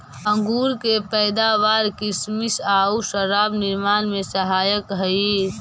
अंगूर के पैदावार किसमिस आउ शराब निर्माण में सहायक हइ